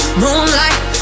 moonlight